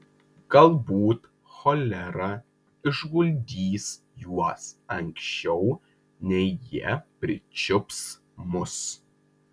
galbūt cholera išguldys juos anksčiau nei jie pričiups mus